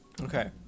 Okay